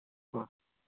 ꯍꯣꯏ